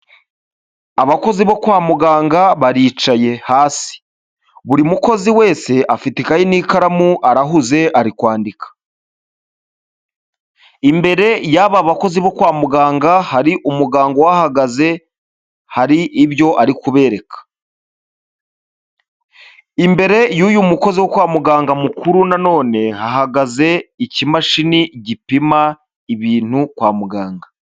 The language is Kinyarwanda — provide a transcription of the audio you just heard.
Abakozi bo kwa muganga baricaye hasi, buri mukozi wese afite ikayi n'ikaramu arahuze ari kwandika. Imbere y'aba bakozi bo kwa muganga uhahagaze hari ibyo ari kubereka, imbere y'uyu umukozi wo kwa muganga mukuru hagaze ikimashini gipima kwa muganga.